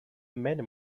many